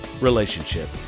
relationship